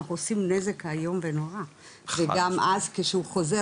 אנחנו עושים נזק איום ונורא וגם אז כשהוא חוזר,